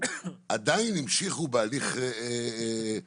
עדיין אנשים המשיכו בהליך המשפטי,